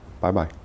Bye-bye